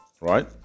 right